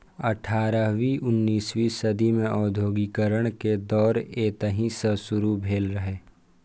अठारहवीं उन्नसवीं सदी मे औद्योगिकीकरण के दौर एतहि सं शुरू भेल रहै